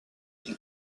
ils